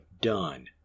done